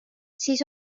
siis